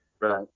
Right